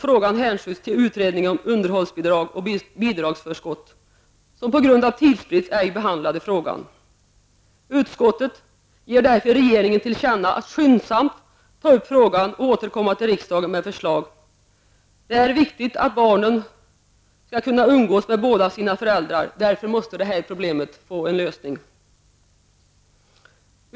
Frågan hänskjöts till utredningen om underhållsbidrag och bidragsförskott som på grund av tidsbrist inte behandlade frågan. Utskottet ger därför regeringen till känna att skyndsamt ta upp frågan och återkomma till riksdagen med förslag. Det är viktigt att barnen skall kunna umgås med båda sina föräldrar. Därför måste problemet få en lösning.